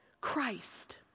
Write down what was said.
Christ